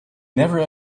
never